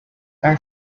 are